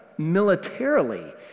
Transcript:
militarily